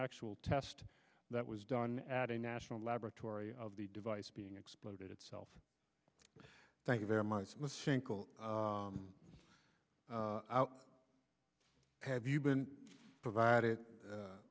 actual test that was done at a national laboratory of the device being exploded itself thank you very much and the single have you been provided